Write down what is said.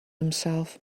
himself